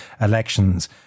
elections